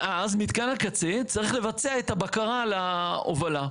ואז מתקן הקצה צריך לבצע את הבקרה על ההובלה.